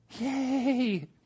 yay